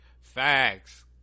Facts